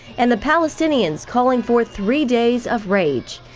and the palestinians calling for three days of rage.